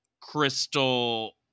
Crystal